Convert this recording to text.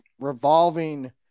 revolving